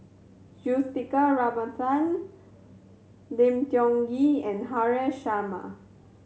Juthika Ramanathan Lim Tiong Ghee and Haresh Sharma